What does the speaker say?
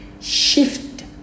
shift